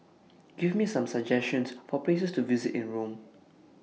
Give Me Some suggestions For Places to visit in Rome